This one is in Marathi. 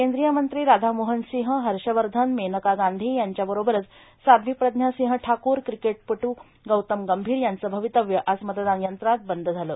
केंद्रीय मंत्री राधामोहन सिंह हर्षवर्धन मेनका गांधी यांच्या बरोबरच साध्वी प्रज्ञा सिंह ठाकूर क्रिकेटपटू गौतम गंभीर यांचं अवितव्य आज मतदान यंत्रात बंद झालं